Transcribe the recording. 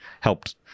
helped